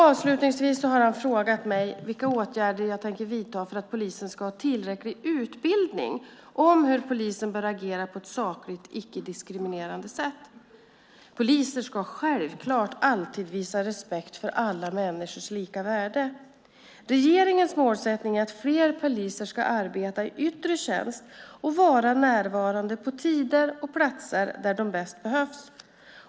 Avslutningsvis har han frågat mig vilka åtgärder jag tänker vidta för att polisen ska ha tillräcklig utbildning om hur polisen bör agera på ett sakligt och icke-diskriminerande sätt. Poliser ska självklart alltid visa respekt för alla människors lika värde. Regeringens målsättning är att fler poliser ska arbeta i yttre tjänst och vara närvarande på tider och platser där de bäst behövs.